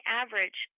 average